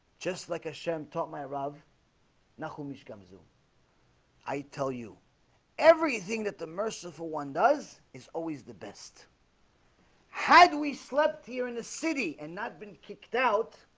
just like a shem taught my rug now whom each come zoom i tell you everything that the merciful one does is always the best how do we slept here in the city and not been kicked out?